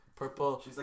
Purple